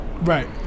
Right